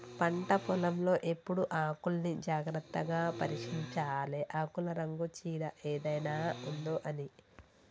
పంట పొలం లో ఎప్పుడు ఆకుల్ని జాగ్రత్తగా పరిశీలించాలె ఆకుల రంగు చీడ ఏదైనా ఉందొ అని